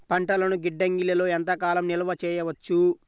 పంటలను గిడ్డంగిలలో ఎంత కాలం నిలవ చెయ్యవచ్చు?